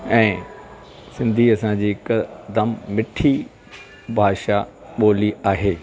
ऐं सिंधी असांजे हिकदमि मिठी भाषा ॿोली आहे